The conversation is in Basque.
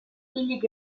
hilik